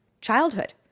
Childhood